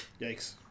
Yikes